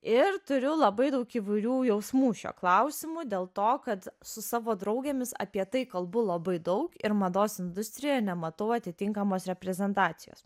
ir turiu labai daug įvairių jausmų šiuo klausimu dėl to kad su savo draugėmis apie tai kalbu labai daug ir mados industrijoje nematau atitinkamos reprezentacijos